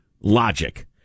logic